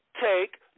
take